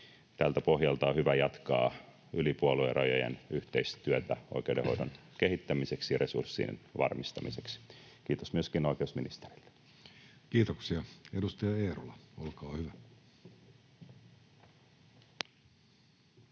Tältä pohjalta on hyvä jatkaa yli puoluerajojen yhteistyötä oikeudenhoidon kehittämiseksi ja resurssien varmistamiseksi. Kiitos myöskin oikeusministerille. [Speech 370] Speaker: Jussi